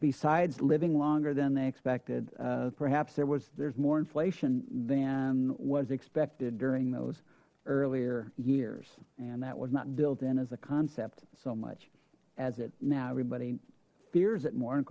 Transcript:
besides living longer than they expected perhaps there was there's more inflation than was expected during those earlier years and that was not built in as a concept so much as it now everybody fears it more